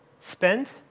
Spend